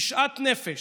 בשאט נפש,